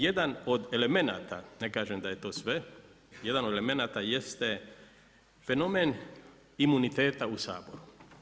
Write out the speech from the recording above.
Jedan od elemenata, ne kažem da je to sve, jedan od elemenata jeste fenomen imuniteta u Saboru.